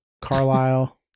Carlisle